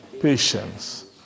Patience